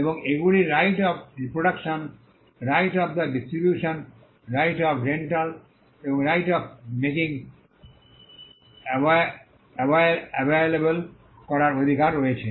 এবং এগুলির right of reproduction right of a distribution right of rental এবং right of making available করার অধিকার রয়েছে